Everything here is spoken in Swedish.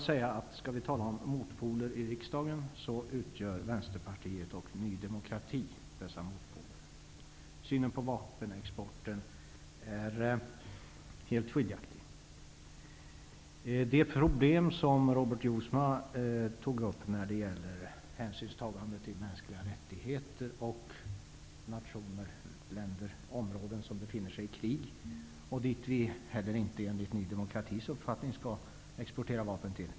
Skall vi tala om motpoler i riksdagen, utgör här Vänsterpartiet och Ny demokrati dessa motpoler. Synen på vapenexporten är helt skiljaktig. Robert Jousma tog upp problemet med hänsynstagande till mänskliga rättigheter samt områden och länder som befinner sig i krig, och dit vi inte heller enligt Ny demokratis uppfattning skall exportera vapen.